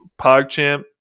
pogchamp